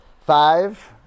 Five